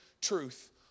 truth